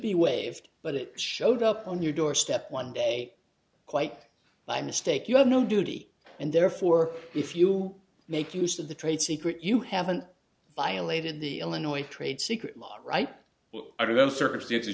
be waved but it showed up on your doorstep one day quite by mistake you have no duty and therefore if you make use of the trade secret you haven't violated the illinois trade secret lot right well i remember circumstances